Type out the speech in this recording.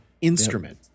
instrument